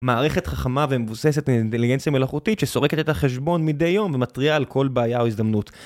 מערכת חכמה ומבוססת באינטליגנציה מלאכותית שסורקת את החשבון מדי יום ומתריעה על כל בעיה והזדמנות.